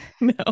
No